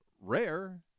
rare